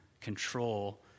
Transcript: Control